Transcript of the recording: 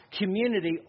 community